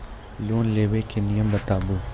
Loan लेबे के नियम बताबू?